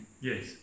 Yes